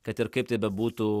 kad ir kaip tai bebūtų